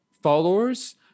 followers